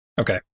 Okay